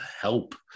help